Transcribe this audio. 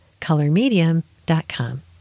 colormedium.com